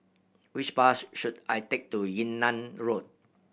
which bus should I take to Yunnan Road